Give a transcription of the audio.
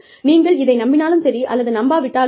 நீங்கள் இதை நம்பினாலும் சரி அல்லது நம்பாவிட்டாலும் சரி